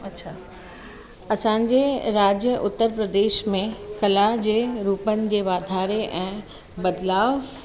अछा असांजे राज्य उत्तर प्रदेश में कला जे रूपनि जे वाधारे ऐं बदलाव